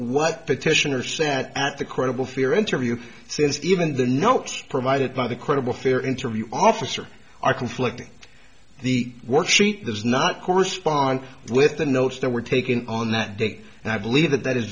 what petitioner sat at the credible fear interview since even the notes provided by the credible fear interview officer are conflicting the worksheet does not correspond with the notes that were taken or not and i believe that that is